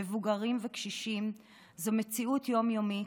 מבוגרים וקשישים זו מציאות יום-יומית,